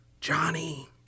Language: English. Johnny